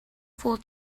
full